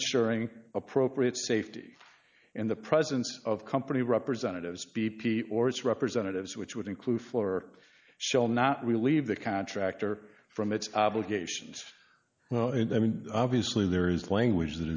ensuring appropriate safety in the presence of company representatives b p or its representatives which would include floor shall not relieve the contractor from its obligations and i mean obviously there is language that